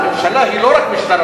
ממשלה היא לא רק משטרה,